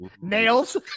nails